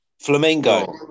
flamingo